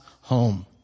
home